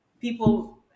people